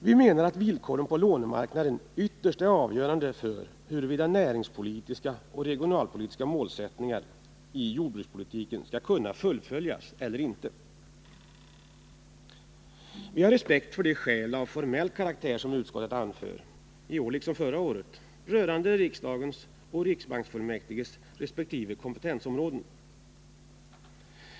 Vi menar att villkoren på lånemarknaden ytterst är avgörande för huruvida näringspolitiska och regionalpolitiska målsättningar i jordbrukspolitiken skall kunna fullföljas eller inte. Vi har respekt för de skäl av formell karaktär som utskottet anför — i år liksom förra året — rörande riksdagens och riksbanksfullmäktiges resp. kompetensområde.